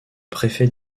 préfet